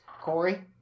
Corey